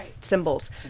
symbols